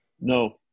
No